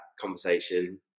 conversation